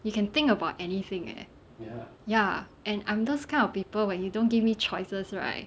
you can think about anything eh ya and I'm those kind of people when you don't give me choices right